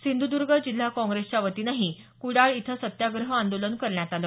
सिंधुदूर्ग जिल्हा काँग्रेसच्या वतीनंही कुडाळ इथं सत्याग्रह आंदोलन करण्यात आल